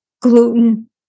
gluten